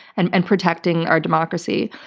and and protecting our democracy.